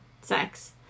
sex